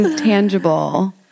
tangible